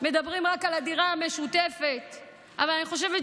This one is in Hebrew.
ואנחנו בעצם רואים את הכפלת המספר של נשים שנרצחו.